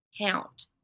count